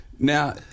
Now